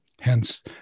hence